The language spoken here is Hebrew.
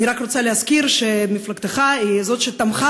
אני רק רוצה להזכיר שמפלגתך היא זו שתמכה